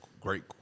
great